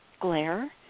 glare